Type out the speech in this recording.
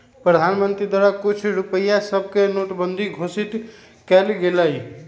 प्रधानमंत्री द्वारा कुछ रुपइया सभके नोटबन्दि घोषित कएल गेलइ